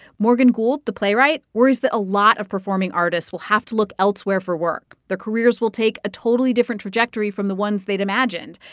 morgan gould, the playwright, worries that a lot of performing artists will have to look elsewhere for work. their careers will take a totally different trajectory from the ones they'd imagined.